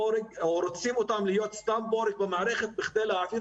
רוצים אותם להיות סתם בורג במערכת כדי להעביר